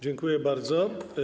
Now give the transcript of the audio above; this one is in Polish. Dziękuję bardzo.